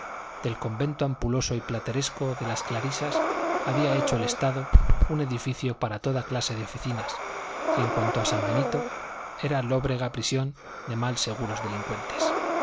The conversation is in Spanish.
del convento ampuloso y plateresco de las clarisas había hecho el estado un edificio para toda clase de oficinas y en cuanto a san benito era lóbrega prisión de mal seguros delincuentes